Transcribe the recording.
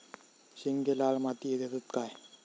शेंगे लाल मातीयेत येतत काय?